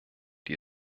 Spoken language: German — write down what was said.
die